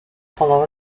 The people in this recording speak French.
pendant